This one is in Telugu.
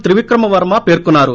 త్రివిక్రమ వర్మ పేర్కొన్నారు